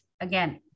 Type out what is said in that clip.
again